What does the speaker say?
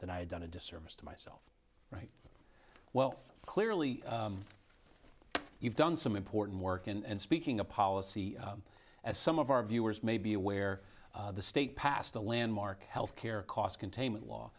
that i had done a disservice to myself right well clearly you've done some important work and speaking of policy as some of our viewers may be aware the state passed a landmark health care cost containment law